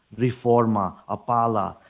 reforma, apala.